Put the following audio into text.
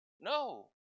no